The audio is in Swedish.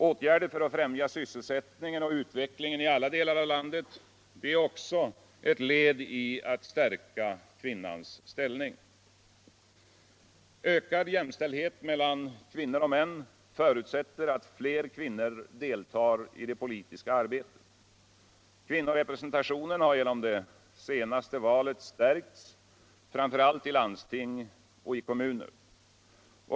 Åtgärder för att fräimja sysselsättningen och utvecklingen i alla delar av landet är också ev led i strävandena att stärka kvinnans ställning, Ökad jämställdhet mellan kvinnor och män förutsätter att fler kvinnor deltar i det politiska urbetet. Kvinnorepresentutionen har genom det senaste valet stärkts. framför allt i landsting och kommuner.